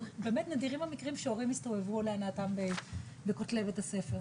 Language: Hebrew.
באמת נדירים המקרים שהורים הסתובבו להנאתם בבית הספר.